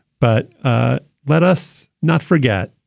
but ah let us not forget.